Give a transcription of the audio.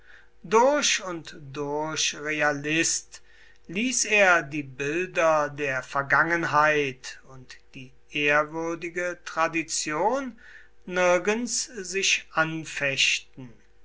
durch und durch realist ließ er die bilder der vergangenheit und die ehrwürdige tradition nirgends sich anfechten